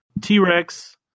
T-Rex